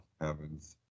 heavens